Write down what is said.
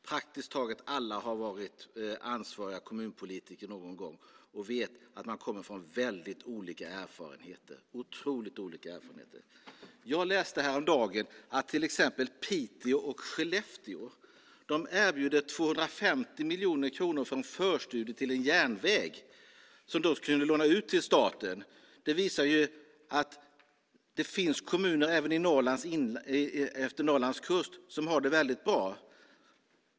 Praktiskt taget alla har varit ansvariga kommunpolitiker någon gång och vet att man kommer från väldigt olika erfarenheter - otroligt olika erfarenheter. Jag läste till exempel häromdagen att Piteå och Skellefteå erbjuder att låna ut 250 miljoner kronor till staten för en förstudie till en järnväg. Det visar att det finns kommuner även efter Norrlands kust som har det väldigt bra.